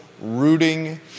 rooting